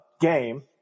game